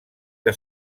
que